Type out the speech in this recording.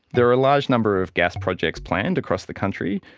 there are a large number of gas projects planned across the country,